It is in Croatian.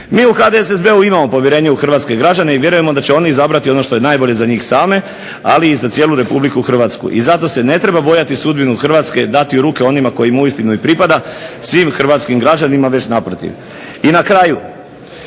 Mi u HDSSB-u imamo povjerenje u hrvatske građane i vjerujemo da će oni izabrati ono što je najbolje za njih same, ali i za cijelu Republiku Hrvatsku. I zato se ne treba bojati sudbinu Hrvatske dati u ruke onima kojima uistinu i pripada – svim hrvatskim građanima već naprotiv. I na kraju,